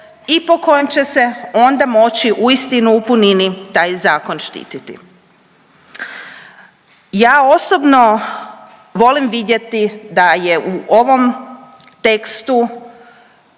i po kojem će se onda moći uistinu u punini taj zakon štititi. Ja osobno volim vidjeti da je u ovom tekstu